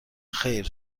خیر